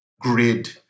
grid